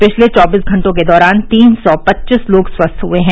पिछले चौबीस घंटों के दौरान तीन सौ पच्चीस लोग स्वस्थ हुए हैं